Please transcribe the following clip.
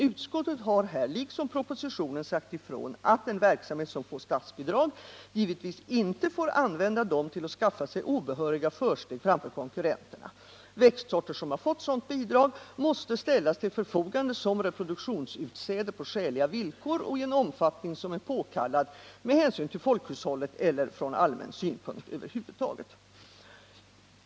Utskottet har här, liksom propositionen, förklarat att en verksamhet som erhåller statsbidrag givetvis inte får använda dessa till att skaffa sig obehöriga försteg framför konkurrenterna. Växtsorter som har fått sådant bidrag måste ställas till förfogande såsom reproduktionsutsäde på skäliga villkor och i en omfattning, som är påkallad med hänsyn till folkhushållet eller från allmän synpunkt över huvud taget.